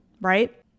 right